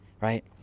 Right